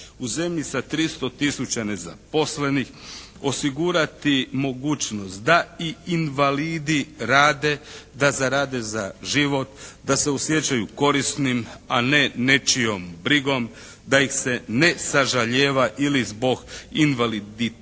u zemlji sa 300 tisuća nezaposlenih osigurati mogućnost da i invalidi rade, da zarade za život, da se osjećaju korisnim, a ne nečijom brigom, da ih se ne sažalijeva ili zbog invaliditeta